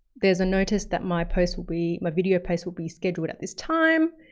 there's a notice that my post will be, my video post will be scheduled at this time.